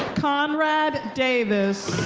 conrad davis.